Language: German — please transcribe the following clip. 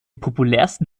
populärsten